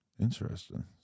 Interesting